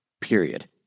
period